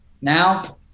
Now